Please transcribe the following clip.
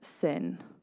sin